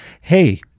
Hey